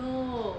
有